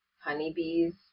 honeybees